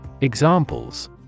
examples